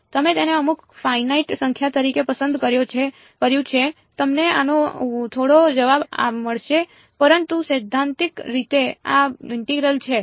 તમે તેને અમુક ફાઇનાઇટ સંખ્યા તરીકે પસંદ કર્યું છે તમને આનો થોડો જવાબ મળશે પરંતુ સૈદ્ધાંતિક રીતે આ ઇન્ટેગ્રલ છે